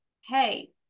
hey